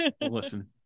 listen